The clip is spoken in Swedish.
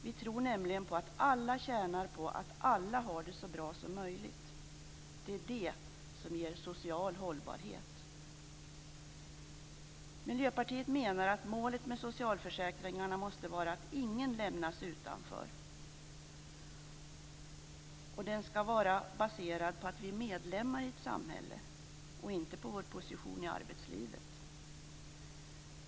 Vi tror nämligen att alla tjänar på att alla har det så bra som möjligt. Det är det som ger social hållbarhet. Miljöpartiet menar att målet med socialförsäkringarna måste vara att ingen lämnas utanför. De skall vara baserade på att vi är medlemmar i ett samhälle och inte på vår position i arbetslivet.